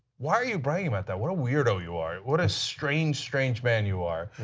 why are you bragging about that? what a weirdo you are, what a strange strange man you are.